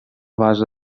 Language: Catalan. base